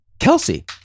Kelsey